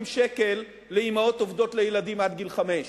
שקלים לאמהות עובדות עם ילדים עד גיל חמש.